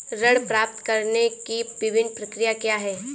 ऋण प्राप्त करने की विभिन्न प्रक्रिया क्या हैं?